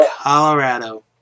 Colorado